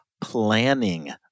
planning